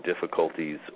difficulties